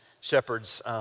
shepherds –